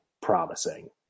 promising